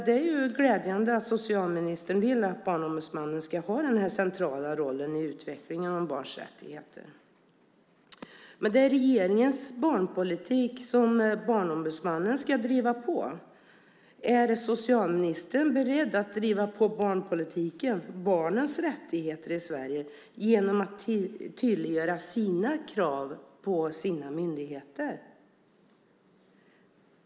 Det är glädjande att socialministern vill att Barnombudsmannen ska ha den här centrala rollen i utvecklingen av barns rättigheter. Men det är regeringens barnpolitik som Barnombudsmannen ska driva på. Är socialministern beredd att driva på barnpolitiken för barnens rättigheter i Sverige genom att tydliggöra sina krav på sina myndigheter?